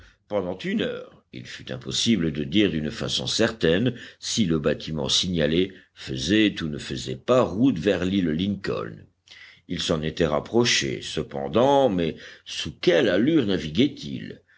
pendant une heure il fut impossible de dire d'une façon certaine si le bâtiment signalé faisait ou ne faisait pas route vers l'île lincoln il s'en était rapproché cependant mais sous quelle allure